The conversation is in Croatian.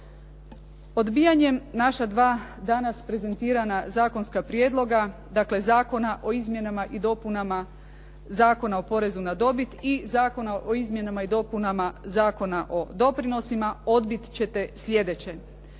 Odbijanjem naša dva danas prezentirana zakonska prijedloga, dakle Zakona o Izmjenama i dopunama Zakona o porezu na dobit i Zakona o Izmjenama i dopunama Zakona o doprinosima odbit ćete sljedeće.